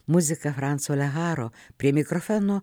muzika franco leharo prie mikrofono